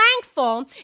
thankful